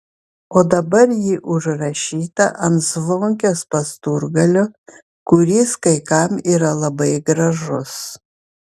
o dabar ji užrašyta ant zvonkės pasturgalio kuris kai kam yra labai gražus